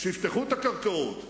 שיפתחו את הקרקעות,